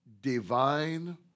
divine